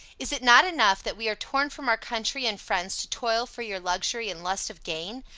is it not enough that we are torn from our country and friends to toil for your luxury and lust of gain?